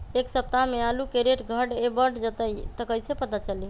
एक सप्ताह मे आलू के रेट घट ये बढ़ जतई त कईसे पता चली?